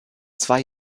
zwei